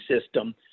system